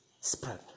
spread